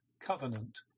covenant